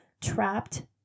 trapped